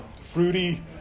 Fruity